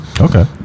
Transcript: Okay